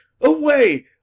Away